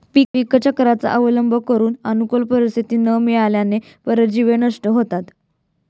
पीकचक्राचा अवलंब करून अनुकूल परिस्थिती न मिळाल्याने परजीवी नष्ट होतात